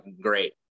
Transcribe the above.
great